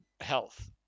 health